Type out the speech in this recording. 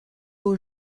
aux